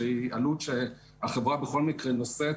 עלות שהחברה נושאת בכל מקרה.